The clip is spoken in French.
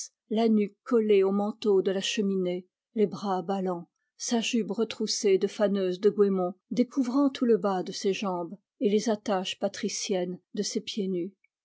la nuque collée au manteau de la cheminée les bras ballants sa jupe retroussée de faneuse de goémons découvrant tout le bas de ses jambes et les attaches patriciennes de ses pieds nus